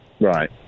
Right